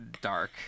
dark